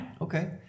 Okay